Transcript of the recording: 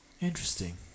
Interesting